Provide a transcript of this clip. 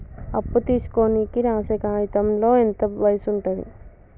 అప్పు తీసుకోనికి రాసే కాయితంలో ఎంత వయసు ఉంటది?